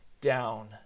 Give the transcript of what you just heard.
down